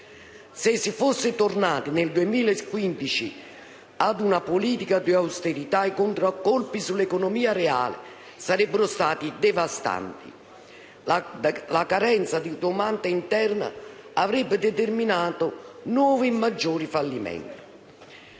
Se si fosse tornati nel 2015 ad una politica di austerità, i contraccolpi sull'economia reale sarebbero stati devastanti. La carenza di domanda interna avrebbe determinato nuovi e maggiori fallimenti.